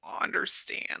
understand